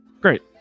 Great